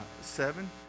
seven